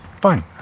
fine